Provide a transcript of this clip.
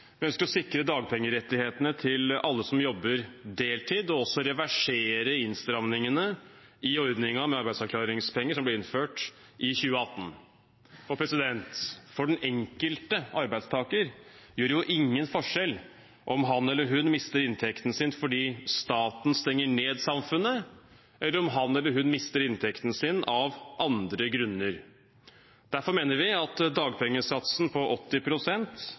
Vi ønsker å sikre dagpengerettighetene til alle som jobber deltid, og reversere innstrammingene i ordningen med arbeidsavklaringspenger som ble innført i 2018. For den enkelte arbeidstaker gjør det jo ingen forskjell om han eller hun mister inntekten sin fordi staten stenger ned samfunnet, eller om han eller hun mister inntekten sin av andre grunner. Derfor ønsker vi at dagpengesatsen på